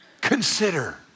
consider